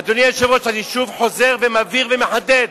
אדוני היושב-ראש, אני שוב חוזר, מבהיר ומחדד,